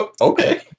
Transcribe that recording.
Okay